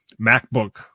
MacBook